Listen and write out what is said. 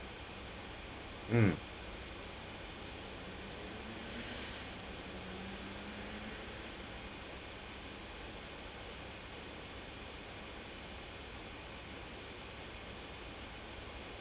mm